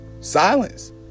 Silence